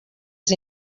als